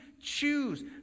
choose